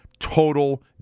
Total